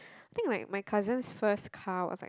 think like my cousin's first car was like